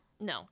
No